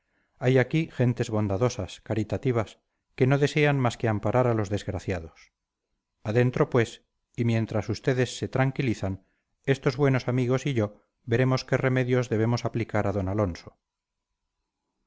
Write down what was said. hay aquí gentes bondadosas caritativas que no desean mas que amparar a los desgraciados adentro pues y mientras ustedes se tranquilizan estos buenos amigos y yo veremos qué remedios debemos aplicar a d alonso